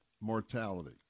mortality